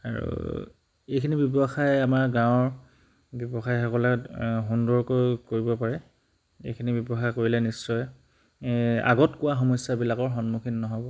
আৰু এইখিনি ব্যৱসায় আমাৰ গাঁৱৰ ব্যৱসায়সকলে এ সুন্দৰকৈ কৰিব পাৰে এইখিনি ব্যৱসায় কৰিলে নিশ্চয় এ আগত কোৱা সমস্যাবিলাকৰ সন্মুখীন নহ'ব